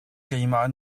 keimah